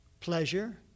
pleasure